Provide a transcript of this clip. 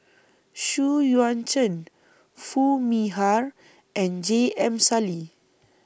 Xu Yuan Zhen Foo Mee Har and J M Sali